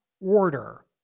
Order